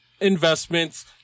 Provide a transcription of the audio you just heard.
investments